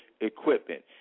equipment